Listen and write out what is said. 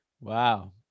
Wow